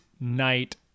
night